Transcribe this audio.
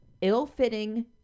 ill-fitting